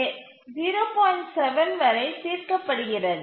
7 வரை தீர்க்கப்படுகிறது